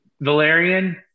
Valerian